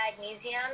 magnesium